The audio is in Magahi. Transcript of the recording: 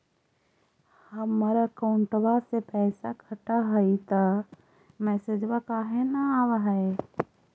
हमर अकौंटवा से पैसा कट हई त मैसेजवा काहे न आव है?